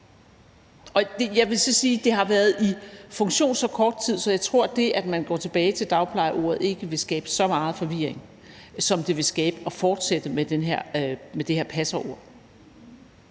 er. Jeg vil så sige, at det har været i funktion så kort tid, så jeg tror, at det, at man går tilbage til dagplejeordet, ikke vil skabe så meget forvirring, som det vil gøre at fortsætte med ordet passer.